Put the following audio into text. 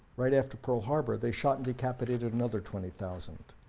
right after pearl harbor, they shot and decapitated another twenty thousand